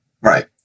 Right